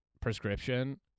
prescription